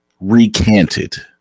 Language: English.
recanted